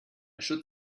should